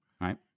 Right